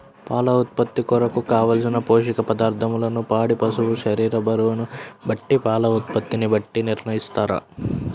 పాల ఉత్పత్తి కొరకు, కావలసిన పోషక పదార్ధములను పాడి పశువు శరీర బరువును బట్టి పాల ఉత్పత్తిని బట్టి నిర్ణయిస్తారా?